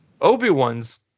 Obi-Wan's